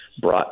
brought